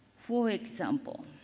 for example,